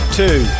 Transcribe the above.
two